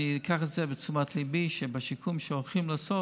אני אקח את זה לתשומת ליבי שבשיקום שהולכים לעשות